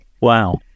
Wow